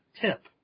tip